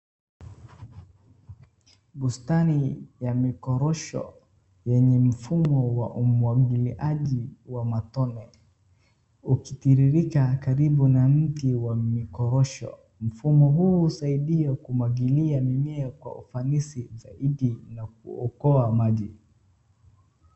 Bustani ya mikorosho yenye mifumo ya umwagiliaji wa matone, ukitiririka karibu na mti wa mikorosho. Mfumo huo husaidia kumwagilia mimea kwa ufanisi zaidi na kuokoa maji.